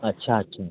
अच्छा अच्छा